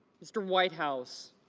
mr. whitehouse